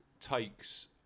takes